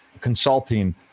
consulting